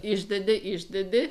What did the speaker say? išdedi išdedi